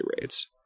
rates